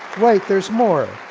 wait, there's more.